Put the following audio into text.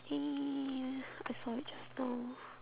eh where I saw it just now